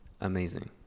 amazing